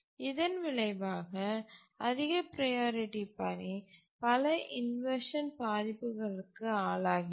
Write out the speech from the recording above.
இதன் விளைவாக அதிக ப்ரையாரிட்டி பணி பல இன்வர்ஷன் பாதிப்புகளுக்கு ஆளாகிறது